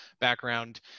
background